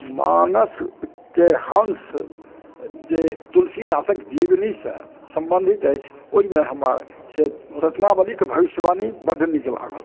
मानसके हंस जे तुलसीदासक जीवनीसँ सम्बन्धित अछि ओहिमे हमरा से रत्नावलीके भविष्यवाणी बड्ड नीक लागल